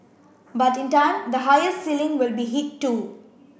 but in time the higher ceiling will be hit too